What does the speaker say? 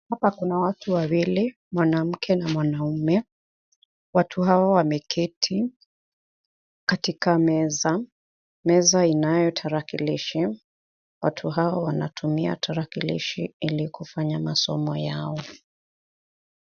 Hapa kuna watu wawili, mwanamke na mwanaume. Watu hawa wameketi katiika meza. Meza inayo tarakilishi. Watu hawa wanatumia tarakilishi ili kufanya masomo yao.